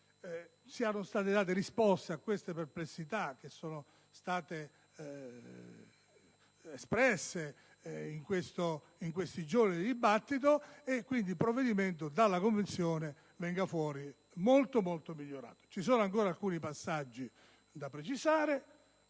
siano state date risposte alle perplessità che sono state espresse in questi giorni di dibattito e che il provvedimento esca dalla Commissione molto migliorato. Vi sono ancora alcuni passaggi da precisare.